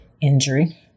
injury